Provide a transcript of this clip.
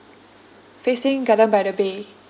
facing garden by the bay